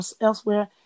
elsewhere